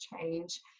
change